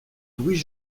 bruit